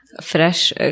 fresh